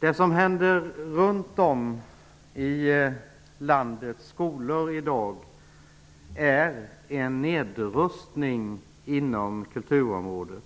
Det som händer runt om i landets skolor i dag är en nedrustning inom kulturområdet.